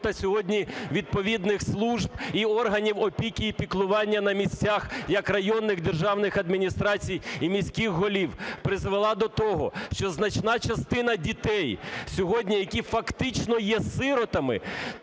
сьогодні відповідних служб і органів опіки і піклування на місцях як районних державних адміністрацій і міських голів призвела до того, що значна частина дітей сьогодні, які фактично є сиротами,